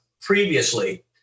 previously